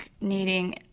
needing